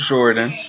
Jordan